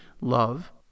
love